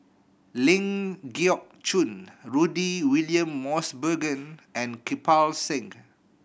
Ling Geok Choon Rudy William Mosbergen and Kirpal Singh